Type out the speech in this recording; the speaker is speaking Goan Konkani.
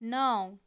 णव